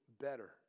better